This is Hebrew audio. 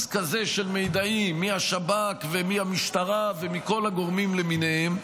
כזה של מידעים מהשב"כ ומהמשטרה ומכל הגורמים למיניהם.